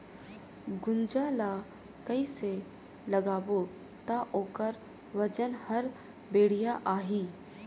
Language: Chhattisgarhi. गुनजा ला कइसे लगाबो ता ओकर वजन हर बेडिया आही?